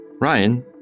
Ryan